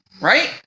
right